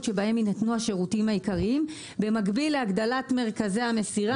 בהן יינתנו השירותים העיקריים במקביל להגדלת מרכזי המסירה.